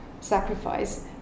sacrifice